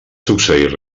succeir